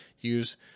Use